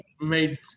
made